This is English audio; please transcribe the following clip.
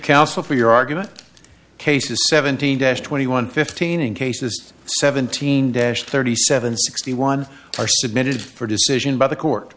counsel for your argument cases seventeen to twenty one fifteen in cases seventeen dash thirty seven sixty one are submitted for decision by the court